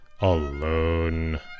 alone